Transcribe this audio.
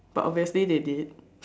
but obviously they did